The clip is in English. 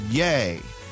yay